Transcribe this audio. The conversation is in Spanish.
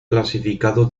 clasificado